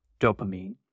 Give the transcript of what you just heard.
dopamine